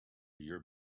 year